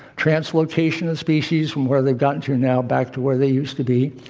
transportation of species from where they've gotten to now back to where they used to be,